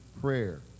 prayer